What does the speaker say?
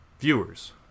viewers